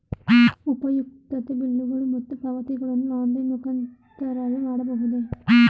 ಉಪಯುಕ್ತತೆ ಬಿಲ್ಲುಗಳು ಮತ್ತು ಪಾವತಿಗಳನ್ನು ಆನ್ಲೈನ್ ಮುಖಾಂತರವೇ ಮಾಡಬಹುದೇ?